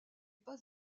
pas